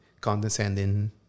condescending